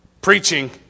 Preaching